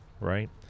right